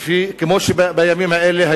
כמו שבימים האלה,